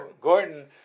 Gordon